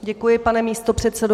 Děkuji, pane místopředsedo.